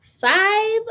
five